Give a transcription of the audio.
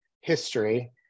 history